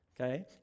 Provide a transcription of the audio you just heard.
Okay